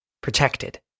protected